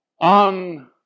on